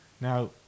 Now